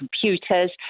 computers